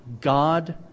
God